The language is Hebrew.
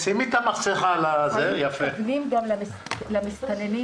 שם אפשר למצוא מתקינים של ציוד חשמלי,